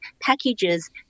packages